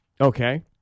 Okay